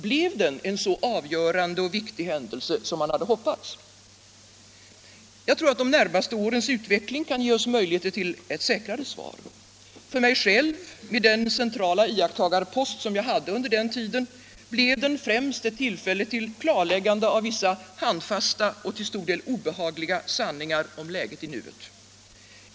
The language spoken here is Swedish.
Blev den en så avgörande och viktig händelse som man hade hoppats? Jag tror att de närmaste årens utveckling kan ge oss möjligheter till ett säkrare svar. Den centrala iakttagarpost som jag själv hade under denna tid innebar främst ett tillfälle till klarläggande av vissa handfasta och till stor del obehagliga sanningar om läget i nuet.